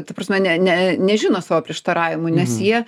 ta prasme ne ne nežino savo prieštaravimų nes jie